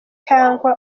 canke